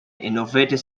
innovative